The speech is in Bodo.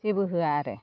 जेबो होआ आरो